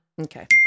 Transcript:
Okay